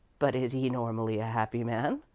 but is he normally a happy man?